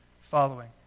following